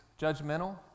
judgmental